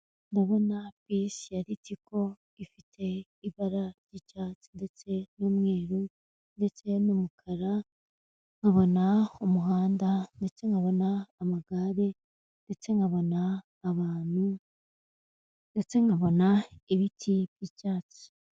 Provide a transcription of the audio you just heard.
Ndabona bisi ya ritiko ifite ibara ry'icyatsi, ndetse n'umweru, ndetse n'umukara, nkabona umuhanda , ndetse nkabona amagare, ndetse nkabona abantu, ndetse nkabona ibiti by'icyatsi.